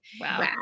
Wow